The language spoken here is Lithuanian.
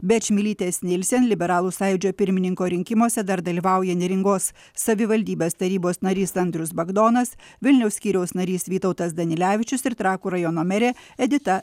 be čmilytės nielsen liberalų sąjūdžio pirmininko rinkimuose dar dalyvauja neringos savivaldybės tarybos narys andrius bagdonas vilniaus skyriaus narys vytautas danilevičius ir trakų rajono merė edita